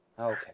okay